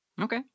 okay